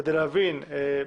כדי להבין,